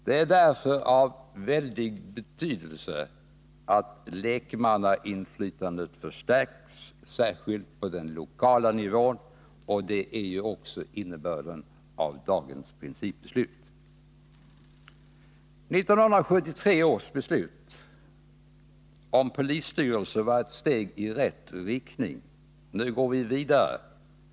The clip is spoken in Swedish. Det är därför av stor betydelse att lekmannainflytandet förstärks, särskilt på den lokala nivån. Det är också innebörden av dagens principbeslut. 17 1973 års beslut om polisstyrelse var ett steg i rätt riktning. Nu går vi vidare.